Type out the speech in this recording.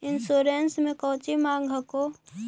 Insurance मे कौची माँग हको?